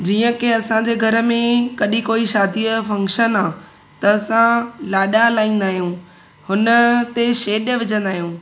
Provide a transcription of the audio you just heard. जीअं की असांजे घर में कॾी कोई शादीअ जो फंक्शन आहे त असां लाॾा हलाईंदा आहियूं हुन ते छेॼ विझंदा आहियूं